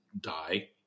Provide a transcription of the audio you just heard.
die